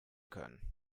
können